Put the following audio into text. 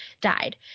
died